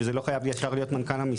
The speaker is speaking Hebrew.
וזה לא חייב להיות יש מנכ״ל המשרד,